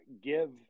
give